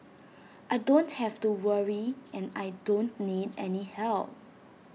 I don't have to worry and I don't need any help